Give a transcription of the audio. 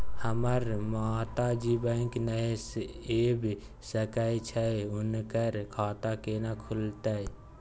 हमर माता जी बैंक नय ऐब सकै छै हुनकर खाता केना खूलतै?